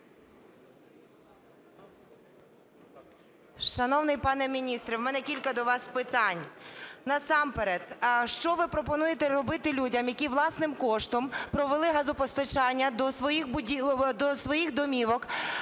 Шановний пане міністр, в мене кілька до вас питань. Насамперед, що ви пропонуєте робити людям, які власним коштом привели газопостачання до своїх до своїх